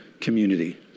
community